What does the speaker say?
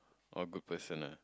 or good person ah